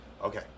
Okay